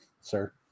sir